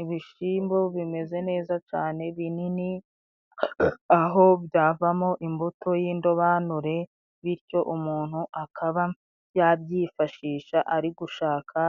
Ibishimbo bimeze neza cane binini ,aho byavamo imbuto y'indobanure bityo umuntu akaba yabyifashisha ari gushaka